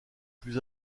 plus